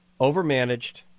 overmanaged